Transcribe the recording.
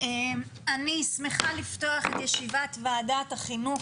אני שמחה לפתוח את ישיבת ועדת החינוך,